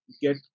get